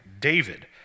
David